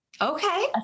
Okay